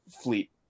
fleet